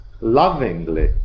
lovingly